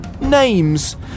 names